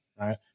right